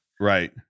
Right